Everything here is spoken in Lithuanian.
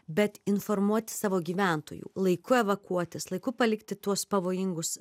bet informuoti savo gyventojų laiku evakuotis laiku palikti tuos pavojingus